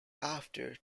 after